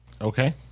Okay